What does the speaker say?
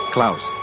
Klaus